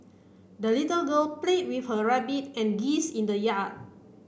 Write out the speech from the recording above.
the little girl played with her rabbit and geese in the yard